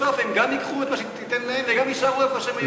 בסוף הם גם ייקחו את מה שתיתן להם וגם יישארו במקום שהם היו בו קודם.